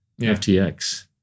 FTX